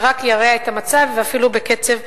רק ירעו את המצב, ואפילו בקצב מזורז.